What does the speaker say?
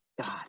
god